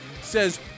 says